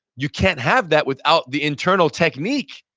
you can't have that without the internal technique,